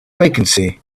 vacancy